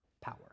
power